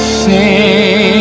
sing